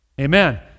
Amen